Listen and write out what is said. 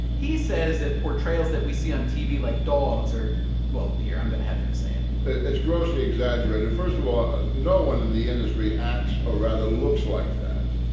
he says that portrayals that we see on tv like dog's or well here, i'm going to have him say it it's grossly exaggerated. first of all, no one in the industry acts, or or rather, looks like that.